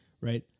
right